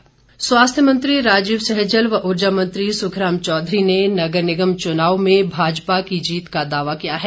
सैजल स्वास्थ्य मंत्री राजीव सैजल व ऊर्जा मंत्री सुखराम चौधरी ने नगर निगम चुनावों में भाजपा की जीत का दावा किया है